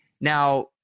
Now